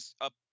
Up